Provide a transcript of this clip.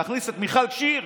להחליף את מיכל שיר,